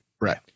Right